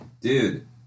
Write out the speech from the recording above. Dude